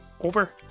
over